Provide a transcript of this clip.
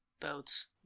boats